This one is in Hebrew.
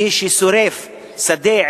מי ששורף שדה,